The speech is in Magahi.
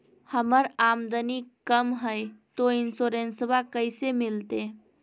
हमर आमदनी कम हय, तो इंसोरेंसबा कैसे मिलते?